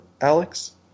Alex